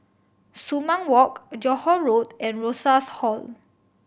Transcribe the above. Sumang Walk Johore Road and Rosas Hall